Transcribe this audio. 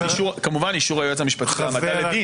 כמובן אישור היועץ המשפטי להעמדה לדין.